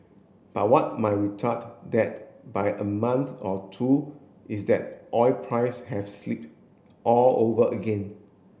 but what might retard that by a month or two is that oil price have slip all over again